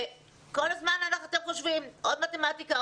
כל הזמן אתם חושבים עוד מתמטיקה,